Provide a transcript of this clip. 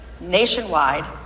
nationwide